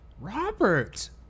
Robert